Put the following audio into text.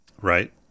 Right